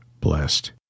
blessed